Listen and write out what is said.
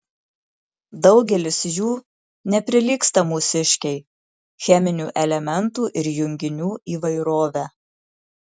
daugelis jų neprilygsta mūsiškei cheminių elementų ir junginių įvairove